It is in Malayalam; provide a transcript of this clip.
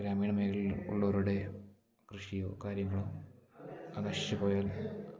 ഗ്രാമീണ മേഖലയിൽ ഉള്ളവരുടെ കൃഷിയോ കാര്യങ്ങളോ നശിച്ച് പോയാൽ